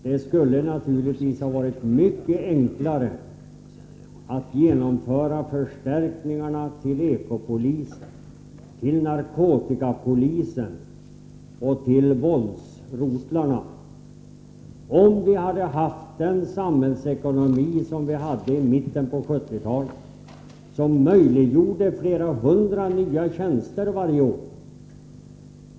Det skulle naturligtvis ha varit mycket enklare att genomföra förstärkningarna till eko-polisen, narkotikapolisen och till våldsrotlarna om vi hade haft den samhällsekonomi som vi hade i mitten av 1970-talet och som möjliggjorde inrättandet av flera hundra nya tjänster varje år.